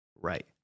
Right